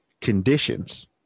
conditions